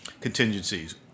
contingencies